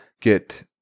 get